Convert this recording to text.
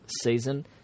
season